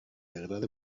agrada